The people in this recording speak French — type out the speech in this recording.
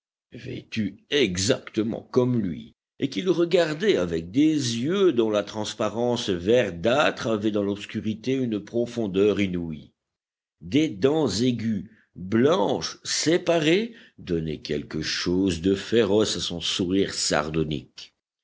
vêtu exactement comme lui et qui le regardait avec des yeux dont la transparence verdâtre avait dans l'obscurité une profondeur inouïe des dents aiguës blanches séparées donnaient quelque chose de féroce à son sourire